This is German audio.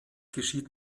geschieht